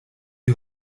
die